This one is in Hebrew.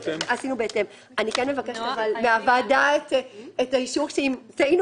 אני מבקשת מהוועדה את האישור שאם טעינו